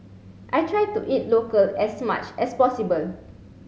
I try to eat local as much as possible